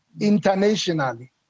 internationally